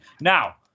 Now